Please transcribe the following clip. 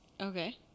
Okay